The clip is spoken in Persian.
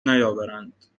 نیاوردند